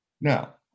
Now